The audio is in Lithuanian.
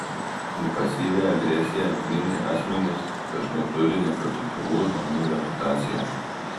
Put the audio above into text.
į pasyvią agresiją linkę asmenys dažnai turi nepatikimų žmonių reputaciją